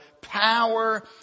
power